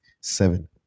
seven